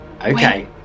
Okay